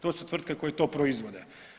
To su tvrtke koje to proizvode.